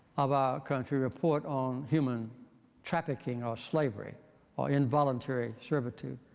of our country report on human trafficking or slavery or involuntary servitude.